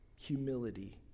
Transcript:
humility